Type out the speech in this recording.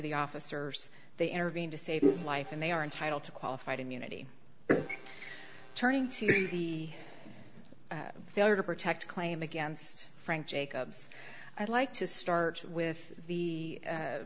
the officers they intervene to save his life and they are entitled to qualified immunity turning to the failure to protect a claim against frank jacobs i'd like to start with the